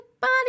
body